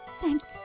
Thanks